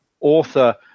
author